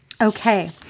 Okay